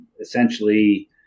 essentially